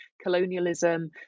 colonialism